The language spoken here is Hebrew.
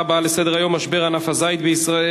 נעבור להצעות לסדר-היום בנושא: משבר ענף הזית בישראל,